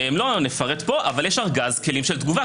יש ארגז כלים של תגובה.